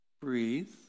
breathe